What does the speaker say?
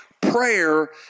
prayer